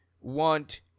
want